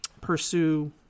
pursue